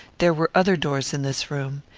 there were other doors in this room.